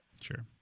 Sure